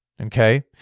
okay